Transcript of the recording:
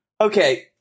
Okay